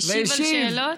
השיב על שאלות?